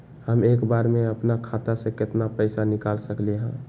हम एक बार में अपना खाता से केतना पैसा निकाल सकली ह?